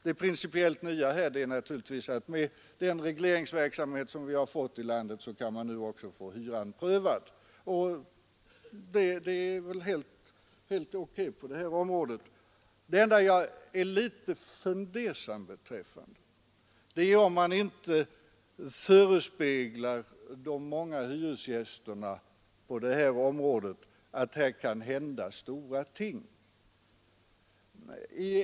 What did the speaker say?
Det principiellt nya är naturligtvis att man med den regleringsverksamhet vi fått i landet nu kan få också hyran prövad. Det är helt OK. Det enda jag är fundersam över är om man inte förespeglar de många hyresgästerna att här kan hända stora ting, när det gäller hyressänkningar.